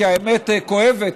כי האמת כואבת,